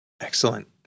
Excellent